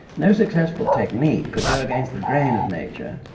no successful technique could go against the grain of nature,